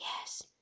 yes